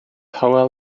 hywel